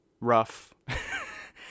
rough